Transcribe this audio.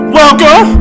welcome